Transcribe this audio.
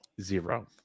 Zero